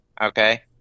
okay